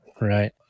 Right